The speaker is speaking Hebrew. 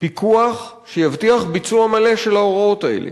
פיקוח שיבטיח ביצוע מלא של ההוראות האלה,